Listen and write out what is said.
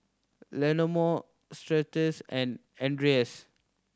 Leonore Stasia and Andres